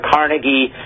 Carnegie